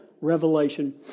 revelation